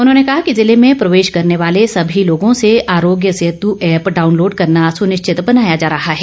उन्होंने कहा कि ज़िले में प्रवेश करने वाले सभी लोगों से आरोग्य सेतू ऐप डाउनलोड करना सुनिशिचत बनाया जा रहा है